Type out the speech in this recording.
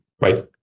right